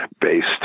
based